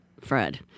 Fred